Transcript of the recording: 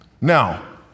now